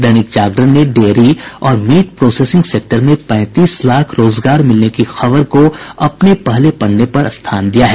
दैनिक जागरण ने डेयरी और meat processing sector में पैंतीस लाख रोजगार मिलने की खबर को अपने पहले पन्ने पर स्थान दिया है